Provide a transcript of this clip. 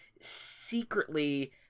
secretly